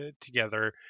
together